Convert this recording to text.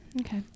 Okay